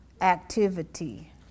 activity